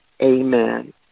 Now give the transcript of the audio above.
amen